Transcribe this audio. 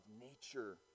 nature